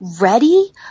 ready